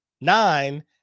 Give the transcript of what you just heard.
nine